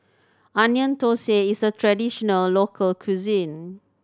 Onion Thosai is a traditional local cuisine